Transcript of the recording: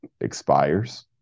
expires